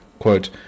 Quote